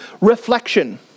Reflection